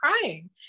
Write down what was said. crying